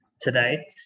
today